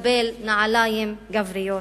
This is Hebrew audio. תקבל נעלים גבריות.